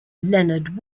leonard